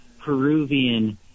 Peruvian